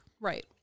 Right